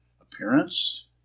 appearance